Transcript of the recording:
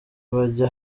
bajya